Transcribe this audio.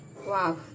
Wow